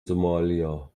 somalia